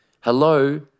Hello